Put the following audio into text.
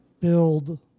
build